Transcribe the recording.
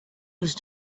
these